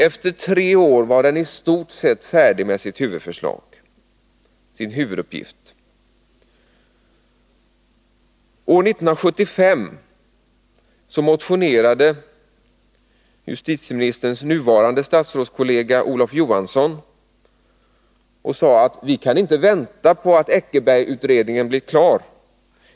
Efter tre år var den istort sett färdig med sin huvuduppgift. År 1975 motionerade justitieministerns nuvarande statsrådskollega Olof Johansson och sade: Vi kan inte vänta på att Eckerbergutredningen blir klar.